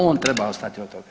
On treba ostati otok.